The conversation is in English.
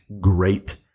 great